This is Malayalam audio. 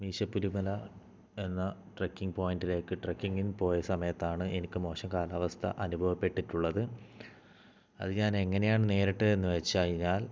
മീശപ്പുലിമല എന്ന ട്രെക്കിംഗ് പോയിന്റിലേക്ക് ട്രെക്കിങ്ങിന് പോയ സമയത്താണ് എനിക്ക് മോശം കാലാവസ്ഥ അനുഭവപ്പെട്ടിട്ടുള്ളത് അത് ഞാൻ എങ്ങനെയാണ് നേരിട്ടതെന്ന് എന്ന് വെച്ചു കഴിഞ്ഞാൽ